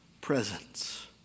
presence